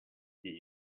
did